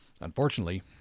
unfortunately